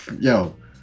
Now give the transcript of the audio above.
Yo